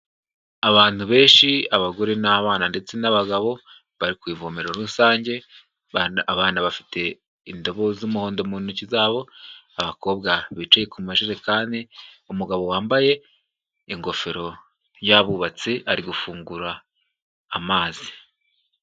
Abantu benshi abagore n'abana ndetse n'abagabo, bari ku ivomero rusange, abana bafite indobo z'umuhondo mu ntoki zabo, abakobwa bicaye ku majerekani, umugabo wambaye ingofero y'abubatsi ari gufungura amazi.